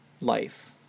life